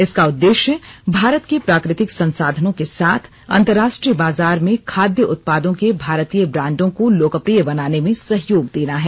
इसका उद्देश्य भारत के प्राकृतिक संसाधनों के साथ अंतरराष्ट्रीय बाजार में खाद्य उत्पादों के भारतीय ब्रांडों को लोकप्रिय बनाने में सहयोग देना है